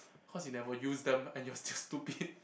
cause you never use them and you're still stupid